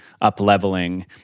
up-leveling